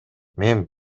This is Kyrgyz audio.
мен